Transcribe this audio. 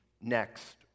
next